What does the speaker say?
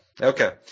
Okay